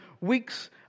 weeks